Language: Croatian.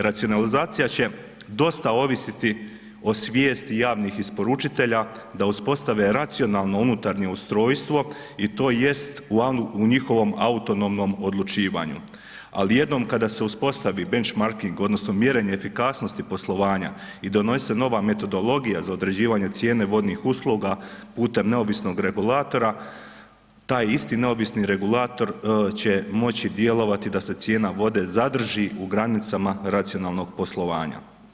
Racionalizacija će dosta ovisiti o svijesti javnih isporučitelja da uspostave racionalno unutarnje ustrojstvo i to jest u njihovom autonomnom odlučivanju, ali jednom kada se uspostavi benchmarking odnosno mjerenje efikasnosti poslovanja i donosi se nova metodologija za određivanje cijene vodnih usluga putem neovisnog regulatora, taj isti neovisni regulator će moći djelovati da se cijena vode zadrži u granicama racionalnog poslovanja.